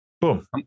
Boom